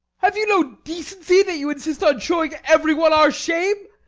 have you no decency, that you insist on showing everyone our shame?